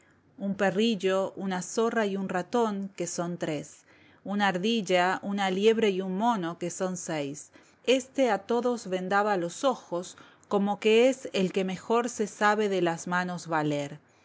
un perrillo una zorra y un ratón que son tres una ardilla una liebre y un mono que son seis éste a todos vendaba los ojos como que es el que mejor se sabe de las manos valer